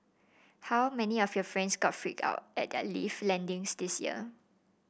how many of your friends got freaked out at their lift landings this year